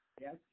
Yes